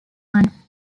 one